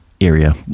area